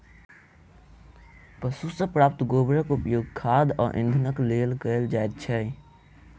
पशु सॅ प्राप्त गोबरक उपयोग खाद आ इंधनक लेल कयल जाइत छै